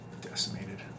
decimated